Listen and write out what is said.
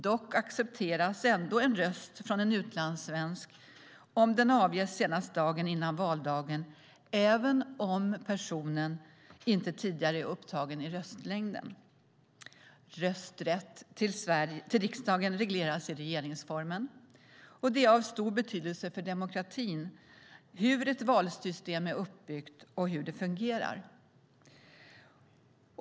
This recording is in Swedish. Dock accepteras en röst från en utlandssvensk om den avges senast dagen före valdagen, även om personen tidigare inte är upptagen i röstlängden. Rösträtt till riksdagen regleras i regeringsformen, och det är av stor betydelse för demokratin hur ett valsystem är uppbyggt och hur det fungerar.